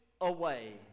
away